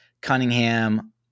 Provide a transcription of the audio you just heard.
Cunningham